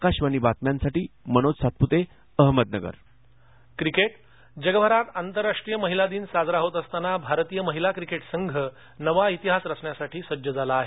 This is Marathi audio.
आकाशवाणी बातम्यांसाठी मनोज सातपूते अहमदनगर महिला क्रिकेट जगभरात आंतरराष्ट्रीय महिला दिन साजरा होत असतानाच भारतीय महिला क्रिकेट संघ नवा इतिहास रचण्यासाठी सज्ज झाला आहे